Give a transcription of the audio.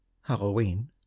Halloween